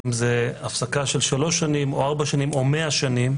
אם זה הפסקה של שלוש שנים או ארבע שנים או מאה שנים,